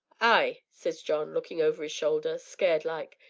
ay, says john, lookin' over is shoulder, scared-like,